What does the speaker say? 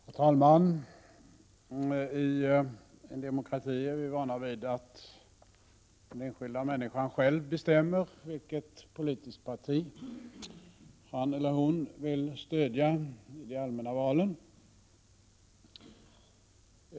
Herr talman! I demokrati är vi vana vid att den enskilda människan själv bestämmer vilket politiskt parti hon eller han vill stödja i de allmänna valen.